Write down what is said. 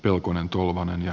pelkonen tolvanen ja